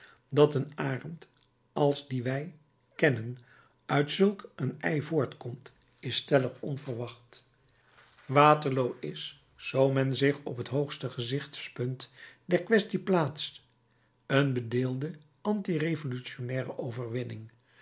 dat een arend als dien wij kennen uit zulk een ei voortkomt is stellig onverwacht waterloo is zoo men zich op het hoogste gezichtspunt der kwestie plaatst een bedeelde anti revolutionnaire overwinning